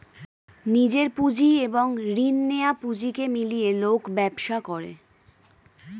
নিজের পুঁজি এবং রিনা নেয়া পুঁজিকে মিলিয়ে লোক ব্যবসা করে